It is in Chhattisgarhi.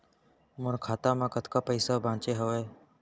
मोर खाता मा कतका पइसा बांचे हवय?